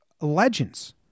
legends